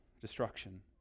destruction